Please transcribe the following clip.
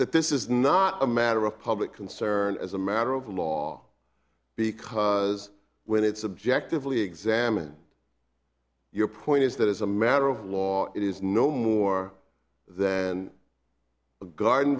that this is not a matter of public concern as a matter of law because when it's subjectively examined your point is that as a matter of law it is no more than a garden